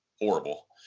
horrible